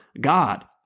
God